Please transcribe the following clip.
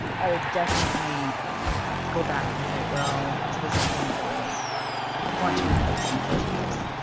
i would definitely go back and say, well, is this something that i really want to replace in the first place.